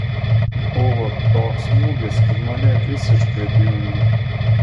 buvo toks smūgis kad mane visiškai atjungė